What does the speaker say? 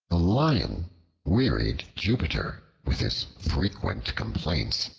the lion wearied jupiter with his frequent complaints.